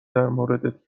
درموردت